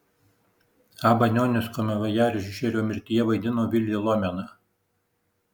a banionis komivojažerio mirtyje vaidino vilį lomeną